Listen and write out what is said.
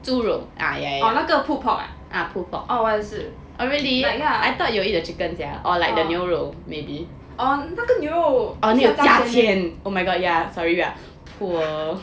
oh 那个 pulled pork ah oh 我也是 like ya oh 那个牛肉是要加钱